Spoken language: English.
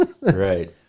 Right